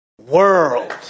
world